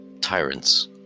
tyrants